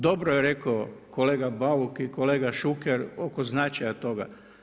Dobro je rekao kolega Bauk i kolega Šuker oko značaja toga.